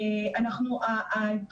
לפחות בעולם ההשכלה.